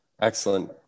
excellent